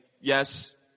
yes